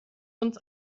uns